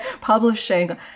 publishing